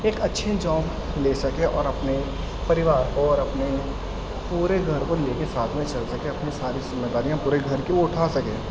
ایک اچھی جاب لے سکے اور اپنے پریوار کو اور اپنے پورے گھر کو لے کے ساتھ میں چل سکے اپنی ساری ذمہ داریاں پورے گھر کی وہ اٹھا سکے